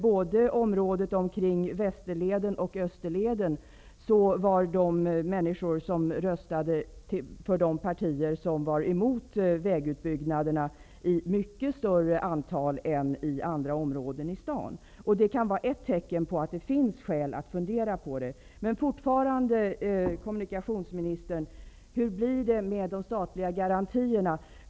Både i området omkring Västerleden och i området kring Österleden var det ett betydligt större antal människor än i andra områden i staden som röstade på de partier som var emot vägutbyggnaderna. Det kan vara ett tecken på att det finns skäl att fundera på detta. Jag undrar fortfarande, kommunikationsministern: Hur blir det med de statliga garantierna?